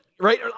right